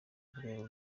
rwego